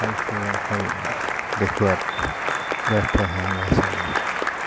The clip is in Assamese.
ভাল ফলাফল দেখুওৱাত ব্যৰ্থ হয় ল'ৰা ছোৱালীয়ে